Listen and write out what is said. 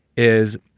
is